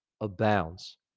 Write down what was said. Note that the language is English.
abounds